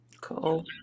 cool